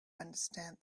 understand